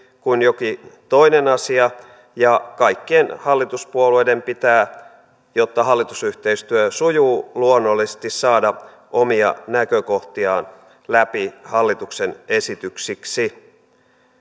kuin jokin toinen asia ja kaikkien hallituspuolueiden pitää jotta hallitusyhteistyö sujuu luonnollisesti saada omia näkökohtiaan läpi hallituksen esityksiksi